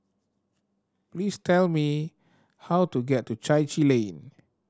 please tell me how to get to Chai Chee Lane